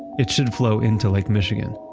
it should flow into lake michigan.